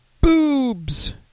Boobs